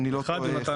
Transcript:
נציגי